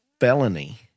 felony